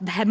man